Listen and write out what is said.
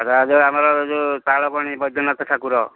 ତା ଦେହରେ ଆମର ଯେଉଁ ତାଳବଣି ବୈଦ୍ୟନାଥ ଠାକୁର